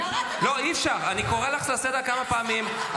אני אמרתי לך כמה פעמים.